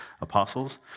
apostles